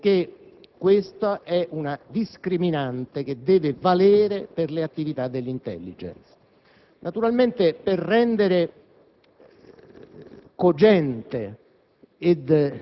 Bisogna intendersi su questo punto, perché questa è una discriminante che deve valere per tutte le attività dell'*intelligence*.